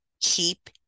Keep